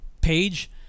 page